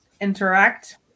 interact